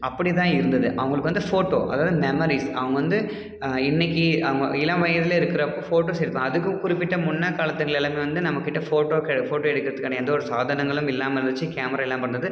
அப்படி தான் இருந்தது அவங்களுக்கு வந்து ஃபோட்டோ அதாவது மெமரீஸ் அவங்க வந்து இன்னைக்கு அவங்க ஒரு இளம் வயதில் இருக்கறப்போ ஃபோட்டோஸ் எடுத்தோம் அதுக்கு குறிப்பிட்ட முன்னே காலத்தில் எல்லாமே வந்து நம்மக்கிட்டே ஃபோட்டோவுக்கு ஃபோட்டோ எடுக்கிறதுக்கான எந்த ஒரு சாதனங்களும் இல்லாமல் இருந்துச்சு கேமரா இல்லாமல் இருந்தது